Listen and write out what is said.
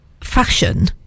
fashion